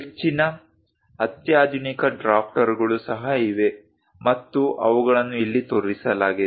ಹೆಚ್ಚಿನ ಅತ್ಯಾಧುನಿಕ ಡ್ರಾಫ್ಟರ್ಗಳು ಸಹ ಇವೆ ಮತ್ತು ಅವುಗಳನ್ನು ಇಲ್ಲಿ ತೋರಿಸಲಾಗಿದೆ